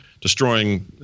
destroying